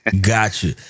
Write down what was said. Gotcha